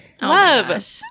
love